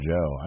Joe